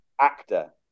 actor